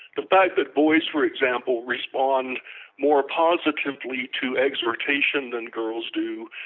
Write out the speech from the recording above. the fact that boys, for example, respond more positively to exhortation than girls do,